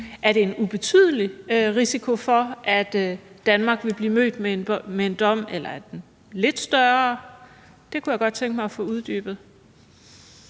Er der en ubetydelig risiko for, at Danmark vil blive mødt med en dom, eller er den lidt større? Det kunne jeg godt tænke mig at få uddybet.